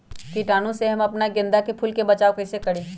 कीटाणु से हम अपना गेंदा फूल के बचाओ कई से करी?